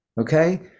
okay